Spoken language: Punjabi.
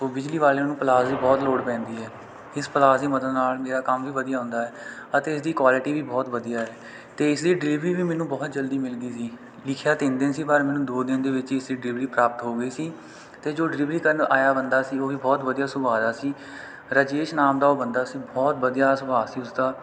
ਸੋ ਬਿਜਲੀ ਵਾਲਿਆਂ ਨੂੰ ਪਲਾਸ ਦੀ ਬਹੁਤ ਲੋੜ ਪੈਂਦੀ ਹੈ ਇਸ ਪਲਾਸ ਦੀ ਮਦਦ ਨਾਲ ਮੇਰਾ ਕੰਮ ਵੀ ਵਧੀਆ ਹੁੰਦਾ ਹੈ ਅਤੇ ਇਸਦੀ ਕੁਆਲਿਟੀ ਵੀ ਬਹੁਤ ਵਧੀਆ ਹੈ ਅਤੇ ਇਸਦੀ ਡਿਲੀਵਰੀ ਵੀ ਮੈਨੂੰ ਬਹੁਤ ਜਲਦੀ ਮਿਲ ਗਈ ਸੀ ਲਿਖਿਆ ਤਿੰਨ ਦਿਨ ਸੀ ਪਰ ਮੈਨੂੰ ਦੋ ਦਿਨ ਦੇ ਵਿੱਚ ਹੀ ਇਸਦੀ ਡਿਲੀਵਰੀ ਪ੍ਰਾਪਤ ਹੋ ਗਈ ਸੀ ਅਤੇ ਜੋ ਡਿਲੀਵਰੀ ਕਰਨ ਆਇਆ ਬੰਦਾ ਸੀ ਉਹ ਵੀ ਬਹੁਤ ਵਧੀਆ ਸੁਭਾਅ ਦਾ ਸੀ ਰਾਜੇਸ਼ ਨਾਮ ਦਾ ਉਹ ਬੰਦਾ ਸੀ ਬਹੁਤ ਵਧੀਆ ਸੁਭਾਅ ਸੀ ਉਸਦਾ